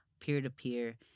peer-to-peer